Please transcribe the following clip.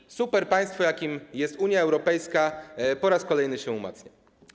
I superpaństwo, jakim jest Unia Europejska, po raz kolejny się umacnia.